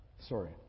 Sorry